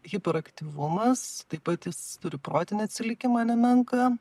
hiperaktyvumas taip pat jis turi protinį atsilikimą nemenką